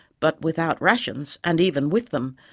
but without rations, and even with them,